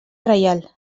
reial